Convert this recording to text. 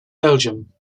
belgium